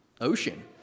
ocean